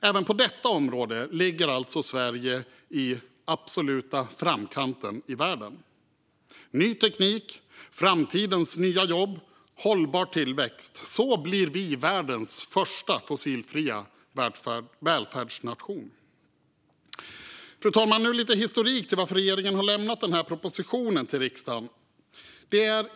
Även på detta området ligger Sverige alltså i absolut framkant i världen. Ny teknik, framtidens nya jobb och hållbar tillväxt - så blir vi världens första fossilfria välfärdsnation. Fru talman! Nu lite historik till varför regeringen har lämnat denna proposition till riksdagen.